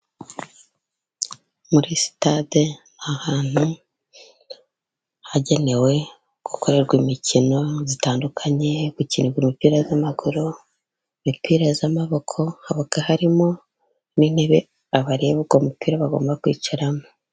Muri sitade ahantu hagenewe gukorerwa imikino itandukanye, gukinirwa umupira w'amaguru imipira y'amaboko haba harimo n'intebe abareba uwo mupira bagomba kwicaramo.